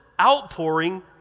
outpouring